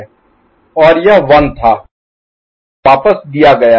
और यह 1 था 1 यहाँ वापस दिया गया है